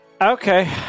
Okay